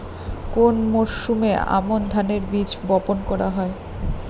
কোন মরশুমে আমন ধানের বীজ বপন করা হয়?